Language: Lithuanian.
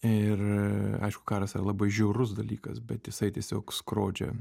ir aišku karas yra labai žiaurus dalykas bet jisai tiesiog skrodžia